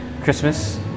Christmas